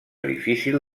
difícil